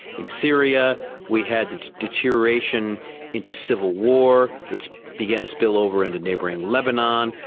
in syria we had the deterioration into civil war that began to spill over into neighbouring lebanon.